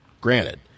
granted